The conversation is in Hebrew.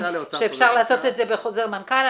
שאפשר לעשות את זה בחוזר מנכ"ל,